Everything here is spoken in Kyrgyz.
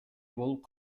болуп